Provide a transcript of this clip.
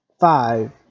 five